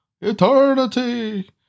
Eternity